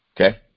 Okay